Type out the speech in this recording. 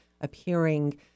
appearing